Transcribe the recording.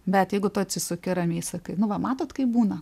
bet jeigu tu atsisuki ramiai sakai nu va matot kaip būna